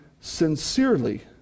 sincerely